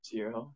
Zero